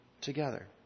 together